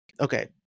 okay